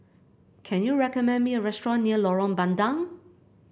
can you recommend me a restaurant near Lorong Bandang